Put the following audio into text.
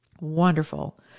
wonderful